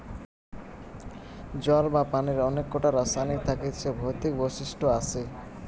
জল বা পানির অনেক কোটা রাসায়নিক থাকতিছে ভৌতিক বৈশিষ্ট আসে